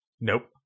Nope